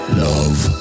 love